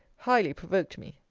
highly provoked me.